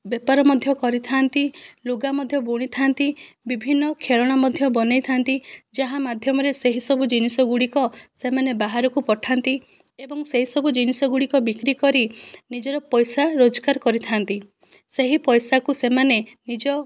ବେପାର ମଧ୍ୟ କରିଥାନ୍ତି ଲୁଗା ମଧ୍ୟ ବୁଣିଥାନ୍ତି ବିଭିନ୍ନ ଖେଳଣା ମଧ୍ୟ ବନେଇଥାନ୍ତି ଯାହା ମାଧ୍ୟମରେ ସେହିସବୁ ଜିନିଷଗୁଡ଼ିକ ସେମାନେ ବାହାରକୁ ପଠାନ୍ତି ଏବଂ ସେହି ସବୁ ଜିନିଷଗୁଡ଼ିକ ବିକ୍ରିକରି ନିଜର ପଇସା ରୋଜଗାର କରିଥାନ୍ତି ସେହି ପଇସାକୁ ସେମାନେ ନିଜ